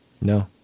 No